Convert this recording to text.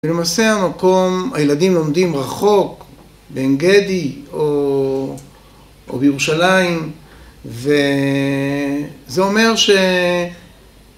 ולמעשה המקום, הילדים לומדים רחוק בעין גדי או בירושלים, וזה אומר ש...